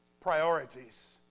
priorities